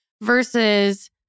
Versus